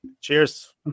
cheers